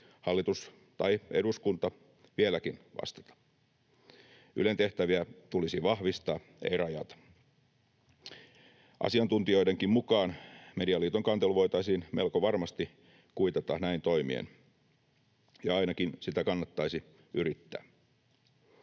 hallitus tai eduskunta vieläkin vastata. Ylen tehtäviä tulisi vahvistaa, ei rajata. Asiantuntijoidenkin mukaan Medialiiton kantelu voitaisiin melko varmasti kuitata näin toimien, ja ainakin sitä kannattaisi yrittää.